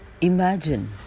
Imagine